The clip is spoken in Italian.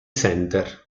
center